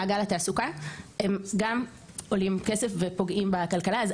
ויוצאים ממעגל התעסוקה גם עולים כסף ופוגעים בכלכלה; אז